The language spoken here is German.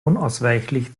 unausweichlich